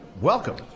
welcome